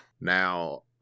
Now